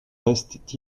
restent